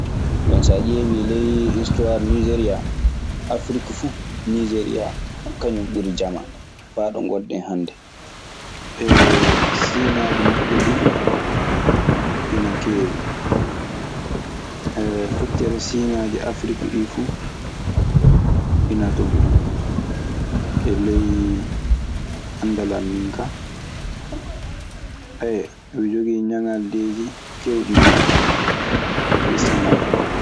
Jon so a ɗiewi ly histoire nigeria, afrek fu nigeria kaŋum ɓurri jama fa ɗoo gonɗe hande. Siiŋaaji maɓɓe duu ana keewi. Feccere siiŋaaji Afrik ɗii fu ina ton. Siiŋaaji maɓɓe du ina keewi. Feccere siiŋaaji Afrik ɗii fu ina ton, e ley anndal an min ka.